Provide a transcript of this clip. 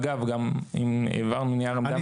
אגב, העברנו נייר עמדה מסודר.